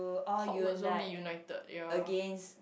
Hogwarts won't be united ya